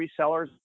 resellers